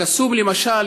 באל-קסום למשל,